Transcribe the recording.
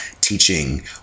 teaching